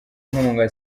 nkunga